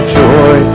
joy